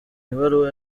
ibaruwa